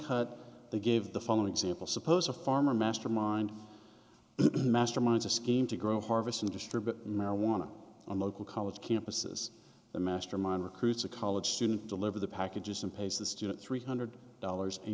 cut they give the following example suppose a farmer mastermind masterminds a scheme to grow harvest and distribute marijuana on local college campuses the mastermind recruits a college student deliver the packages and pays the student three hundred dollars a